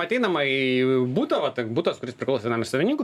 ateinama į butą vat butas kuris priklausė vienam iš savininkų